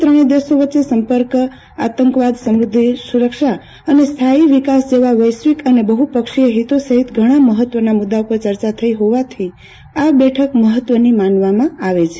તેમજ ત્રણેય દેશો વચ્ચે સંપર્ક આતંકવાદ સમુક્રી સુરક્ષા અને સ્થાથી વિકાસ જેવા વૈશ્વિક અને બહુપક્ષીય હિતો સફીત ઘણાં મહત્વના મુદ્દાઓ પર ચર્ચા થઇ હોવાથી આ બેઠક મહત્વની માનવામાં આવે છે